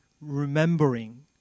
remembering